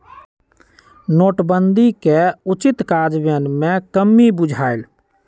नोटबन्दि के उचित काजन्वयन में कम्मि बुझायल